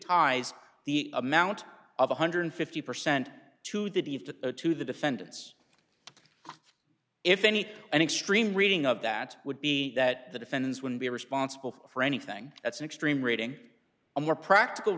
tied the amount of one hundred and fifty percent to that if that to the defendants if any an extreme reading of that would be that the defendants wouldn't be responsible for anything that's an extreme reading a more practical